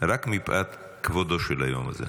רק מפאת כבודו של היום הזה.